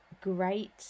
great